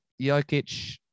Jokic